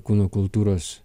kūno kultūros